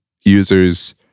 users